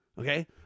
Okay